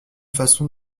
façon